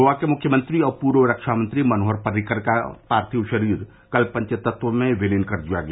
गोवा के मुख्यमंत्री और पूर्व रक्षा मंत्री मनोहर पर्रिकर का पार्थिव शरीर कल पंचतत्व में विलीन कर दिया गया